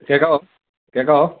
കേൾക്കാമോ കേൾക്കാമോ